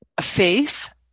Faith